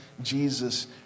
Jesus